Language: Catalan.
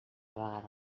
vegada